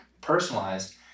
personalized